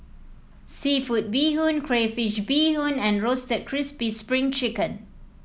seafood Bee Hoon Crayfish Beehoon and Roasted Crispy Spring Chicken